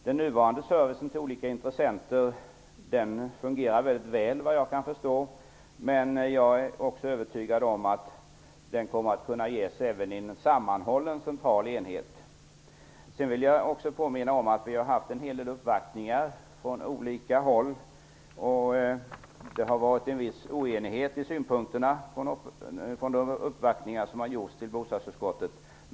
Den nuvarande servicen till olika intressenter fungerar väl, såvitt jag kan förstå. Jag är övertygad om att god service kommer att kunna ges även i en sammanhållen central enhet. Jag vill påminna om att det har varit en hel del uppvaktningar från olika håll. Det har varit en viss oenighet, olika synpunkter, vid de uppvaktningar som gjorts hos bostadsutskottet.